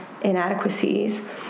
inadequacies